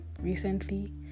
recently